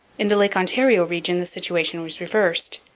in the lake ontario region the situation was reversed.